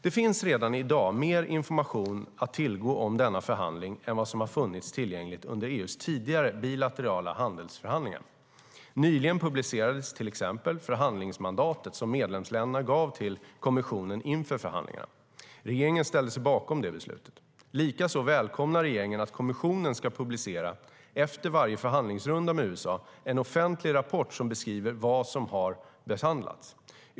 Det finns redan i dag mer information att tillgå om denna förhandling än vad som funnits tillgängligt under EU:s tidigare bilaterala handelsförhandlingar. Nyligen publicerades till exempel förhandlingsmandatet som medlemsländerna gav till Kommissionen inför förhandlingarna. Regeringen ställde sig bakom det beslutet. Likaså välkomnar regeringen att kommissionen ska publicera, efter varje förhandlingsrunda med USA, en offentlig rapport som beskriver vad som har behandlats.